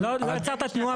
לא יצרת תנועה בנדל"ן.